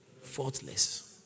faultless